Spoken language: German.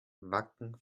wacken